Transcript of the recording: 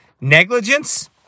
Negligence